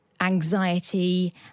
anxiety